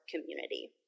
community